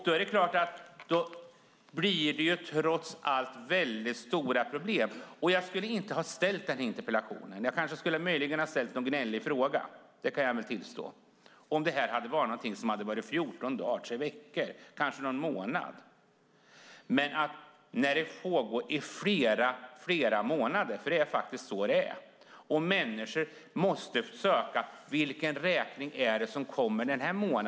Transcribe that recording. Då är det klart att det trots allt blir väldigt stora problem. Jag skulle inte ha ställt den här interpellationen - jag skulle möjligen ha ställt någon gnällig fråga, det kan jag väl tillstå - om det här hade varit någonting som hade pågått i fjorton dagar, tre veckor eller kanske någon månad. Men det här har pågått i flera månader. Det är faktiskt så det är. Människor måste söka efter vilken räkning det är som kommer den här månaden.